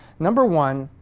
number one,